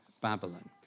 Babylon